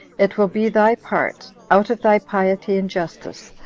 it will be thy part, out of thy piety and justice,